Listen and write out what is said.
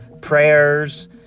prayers